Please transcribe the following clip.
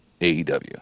AEW